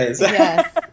Yes